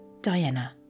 Diana